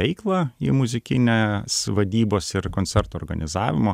veiklą į muzikinę s vadybos ir koncertų organizavimo